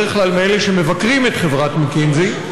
בדרך כלל מאלה שמבקרים את חברת מקינזי,